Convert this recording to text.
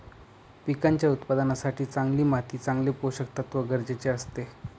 पिकांच्या उत्पादनासाठी चांगली माती चांगले पोषकतत्व गरजेचे असते